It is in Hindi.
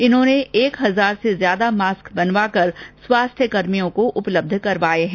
इन्होंने एक हजार से ज्यादा मास्क बनवाकर स्वास्थ्य कर्मियों को उपलब्ध करवाए हैं